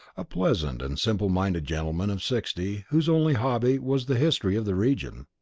a pleasant and simple-minded gentleman of sixty whose only hobby was the history of the region.